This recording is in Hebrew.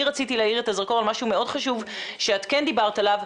אני רציתי להאיר את הזרקור על משהו מאוד חשוב שאת כן דיברת עליו,